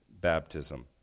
baptism